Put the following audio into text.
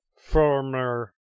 former